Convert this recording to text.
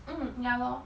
mm ya lor